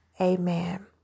Amen